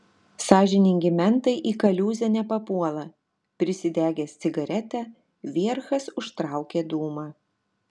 sąžiningi mentai į kaliūzę nepapuola prisidegęs cigaretę vierchas užtraukė dūmą